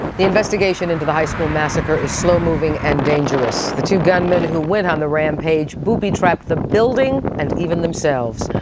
the investigation into the high school massacre is slow-moving and dangerous. the two gunmen who went on the rampage booby-trapped the building and even themselves.